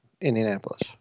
Indianapolis